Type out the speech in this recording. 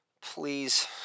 please